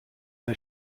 the